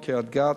קריית-גת,